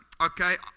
okay